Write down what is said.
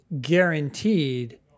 guaranteed